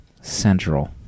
Central